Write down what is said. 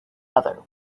other